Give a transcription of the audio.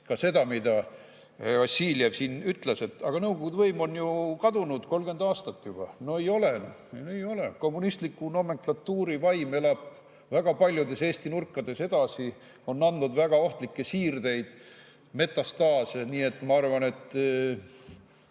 seda, et kuigi Vassiljev siin ütles, et aga Nõukogude võim on ju kadunud, 30 aastat juba, siis tegelikult ei ole. Ei ole, kommunistliku nomenklatuuri vaim elab väga paljudes Eesti nurkades edasi ning on andnud väga ohtlikke siirdeid, metastaase. Nii et ma arvan, et